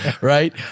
right